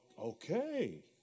Okay